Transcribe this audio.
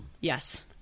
Yes